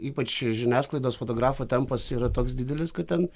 ypač žiniasklaidos fotografo tempas yra toks didelis kad ten